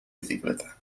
bicicleta